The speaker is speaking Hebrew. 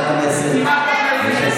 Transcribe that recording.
כמעט לא קיימת.